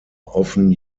often